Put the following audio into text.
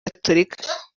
gatolika